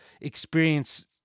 experience